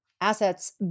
assets